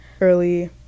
early